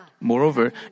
moreover